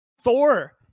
Thor